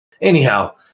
Anyhow